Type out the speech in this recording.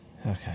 Okay